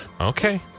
Okay